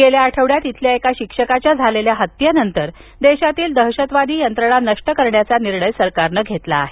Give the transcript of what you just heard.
गेल्या आठवड्यात इथल्या एका शिक्षकाच्या झालेल्या हत्येनंतर देशातील दहशतवादी यंत्रणा नष्ट करण्याचा निर्णय सरकारनं घेतला आहे